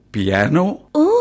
Piano